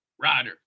Rider